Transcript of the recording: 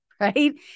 right